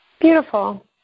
Beautiful